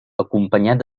acompanyat